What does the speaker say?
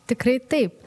tikrai taip